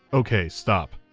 okay, stop,